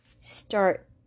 start